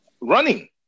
running